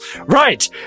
Right